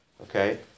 Okay